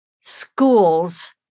schools